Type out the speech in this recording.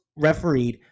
refereed